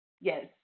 yes